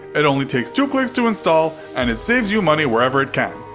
it only takes two clicks to install, and it saves you money wherever it can.